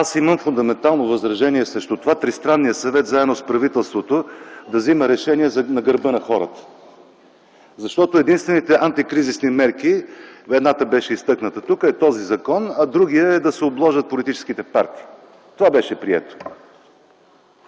Аз имам фундаментално възражение срещу това Тристранният съвет, заедно с правителството, да взема решения на гърба на хората, защото единствените антикризисни мерки – едната, беше изтъкната тук, е този закон, а другата е да се обложат политическите партии. Това беше прието.